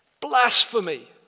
blasphemy